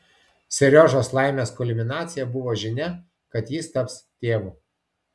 seriožos laimės kulminacija buvo žinia kad jis taps tėvu